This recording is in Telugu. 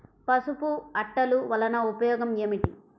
పసుపు అట్టలు వలన ఉపయోగం ఏమిటి?